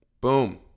Boom